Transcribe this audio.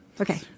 okay